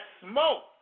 smoke